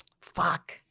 fuck